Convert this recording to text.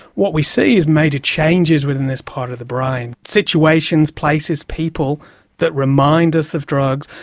what we see is major changes within this part of the brain. situations, places, people that remind us of drugs,